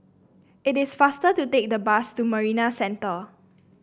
it is faster to take the bus to Marina Centre